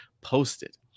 posted